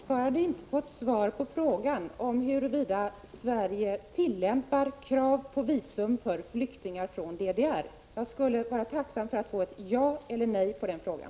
Fru talman! Jag har fortfarande inte fått svar på frågan om huruvida Sverige tillämpar krav på visum för flyktingar från DDR. Jag vore tacksam för ett ja eller nej på den frågan.